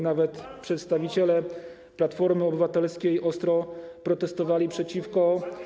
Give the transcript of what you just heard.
nawet przedstawiciele Platformy Obywatelskiej ostro protestowali przeciwko.